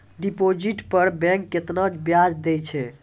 Deposit पर bank केतना ब्याज दै छै?